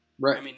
Right